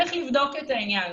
צריך לבדוק את העניין.